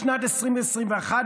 בשנת 2021,